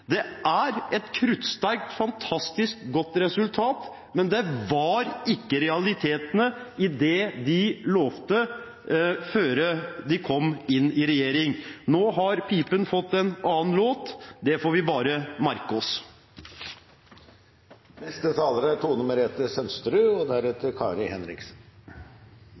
Det er et kruttsterkt, fantastisk godt resultat, men det var ikke realitetene i det de lovet før de kom inn i regjering. Nå har pipen fått en annen låt. Det får vi bare merke oss. Representanten Eidsheim forteller oss at det å bruke tid på snøen som falt i fjor, er bortkastet, og